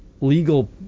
legal